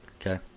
Okay